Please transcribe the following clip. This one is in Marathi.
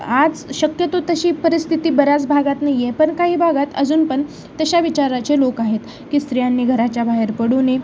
आज शक्यतो तशी परिस्थिती बऱ्याच भागात नाही आहे पण काही भागात अजून पण तशा विचाराचे लोक आहेत की स्त्रियांनी घराच्या बाहेर पडू नाही